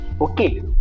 okay